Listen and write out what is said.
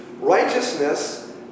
Righteousness